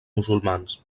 musulmans